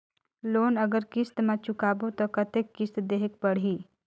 Loan अगर किस्त म चुकाबो तो कतेक किस्त देहेक पढ़ही?